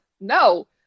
no